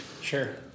Sure